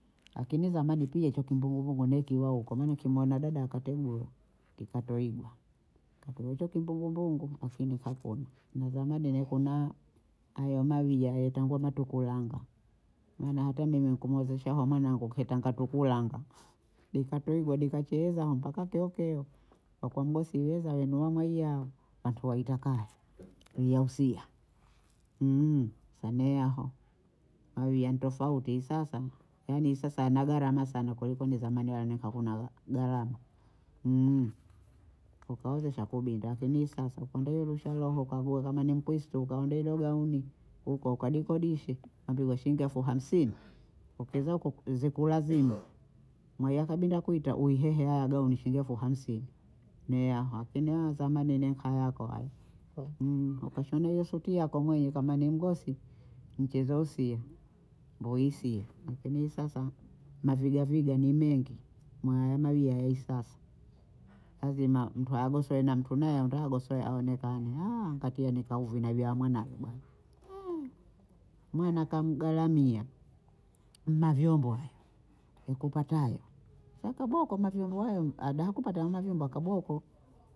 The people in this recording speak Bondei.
Lakini zamani pia hicho kimbugumbugu nikiwa huko mi nikimuona dada aketegulo ikatoigwa hicho kimbugumbugu afu mi nikapona na zamani niyikuwa na hayo mawiya yaitangwa matukulaga, maana hata mimi kumuozesha aho mwanangu nkitanga tu kulanga dikatoigwa dikacheza mpaka keokeo wakwambwa siweza wenu wamwahiya, wantu waita kaya liyausiya sasa neaho mawaya ni tofauti sasa yaani sasa yanagharama sana kulikoni zamani wala nenkakuna gharama tukaozesha kubinda lakini sasa kunda hiyo rusha roho kagua kama ni mkristo kaondoe hilo gauni huko kadikodishe ampigwa shiyingi efu hamsini ukizauku zikulazimu mwaye akabinda kuita uyihehe haha gauni shiyingi efu hamsini ne aha akini nenka yako haya ukashone hiyo suti yako mweye kama ni mgosi mchezo usie mbuyisie akini sasa mavigaviga ni mengi mwayamawi ahe sasa lazima mtu agosowe na mtu naye agosowe aonekane kantia nika uvanaji wa mwanani bana mwana kamgaramia mavyombowe yakupatayo, si akaboko mavyombo hayo hada kupata mavyombo akaboko